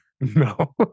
No